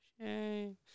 shame